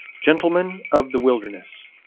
gentlemen of the wilderness